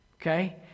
Okay